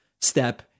step